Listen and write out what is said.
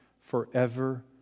forever